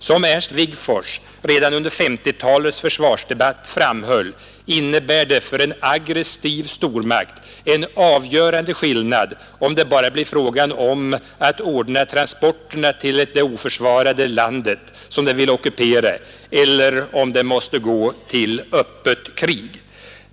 Som Ernst Wigforss redan under 1950-talets försvarsdebatt framhöll, innebär det för en aggressiv stormakt en avgörande skillnad om det bara blir fråga om att ordna transporterna till det oförsvarade land som det vill ockupera eller om man måste gå till öppet krig.